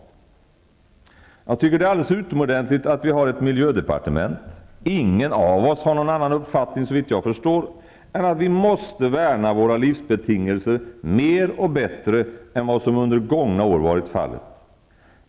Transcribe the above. Jag tycker att det är alldeles utomordentligt att vi har ett miljödepartementet. Ingen av oss har någon annan uppfattning, såvitt jag förstår, än att vi måste värna våra livsbetingelser mer och bättre än vad som under gångna år har varit fallet.